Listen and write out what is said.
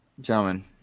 gentlemen